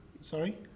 Sorry